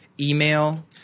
email